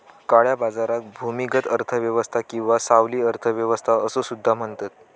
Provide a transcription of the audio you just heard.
काळ्या बाजाराक भूमिगत अर्थ व्यवस्था किंवा सावली अर्थ व्यवस्था असो सुद्धा म्हणतत